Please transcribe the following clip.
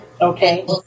Okay